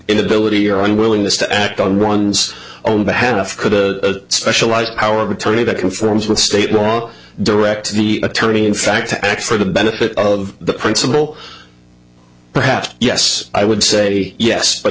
inability or unwillingness to act on one's own behalf could a specialized power of attorney that conforms with state law directing the attorney in fact to act for the benefit of the principle perhaps yes i would say yes but